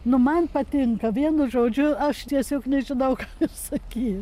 nu man patinka vienu žodžiu aš tiesiog nežinau ką ir sakyt